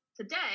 today